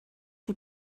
die